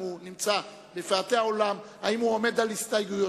קבוצת האיחוד הלאומי,